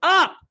up